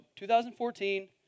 2014